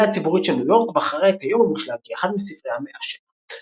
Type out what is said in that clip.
הציבורית של ניו יורק בחרה את "היום המושלג" כאחד מספרי המאה שלה.